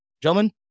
gentlemen